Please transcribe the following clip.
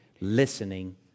listening